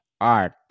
art